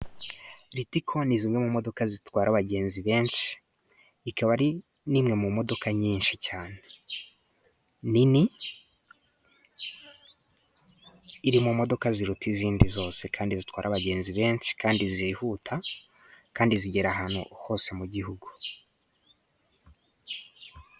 Litico ni zimwe mu modoka zitwara abagenzi benshi. Ikaba ari n'imwe mu modoka nyinshi cyane nini. Iri mu modoka ziruta izindi zose kandi zitwara abagenzi benshi kandi zihuta. Kandi zigera ahantu hose mu gihugu.